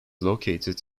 located